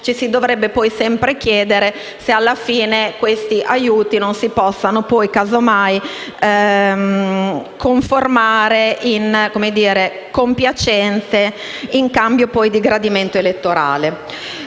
ci si dovrebbe sempre chiedere se alla fine questi aiuti non si possano casomai conformare in compiacenze in cambio di gradimento elettorale.